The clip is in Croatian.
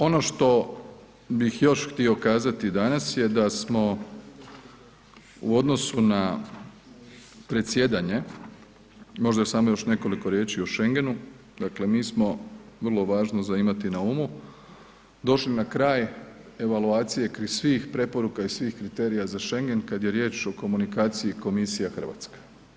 Ono što bih još htio kazati danas je da smo u odnosu na predsjedanje, možda samo još nekoliko riječi o schengenu, dakle mi smo vrlo važno za imati na umu došli na kraj evaluacije kraj svih preporuka i svih kriterija za schengen kada je riječ o komunikaciji Komisija-Hrvatska.